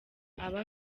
aba